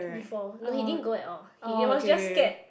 before no he didn't go at all he was just scared